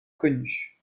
connue